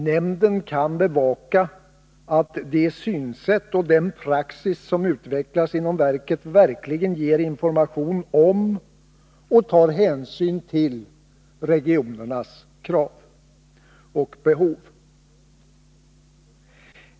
Nämnden kan bevaka att de synsätt och den praxis som utvecklas verkligen innebär att verket ger information om och tar hänsyn till regionernas krav och behov.